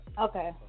Okay